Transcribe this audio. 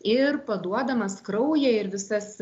ir paduodamas kraują ir visas